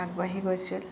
আগবাঢ়ি গৈছিল